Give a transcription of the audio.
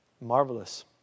Marvelous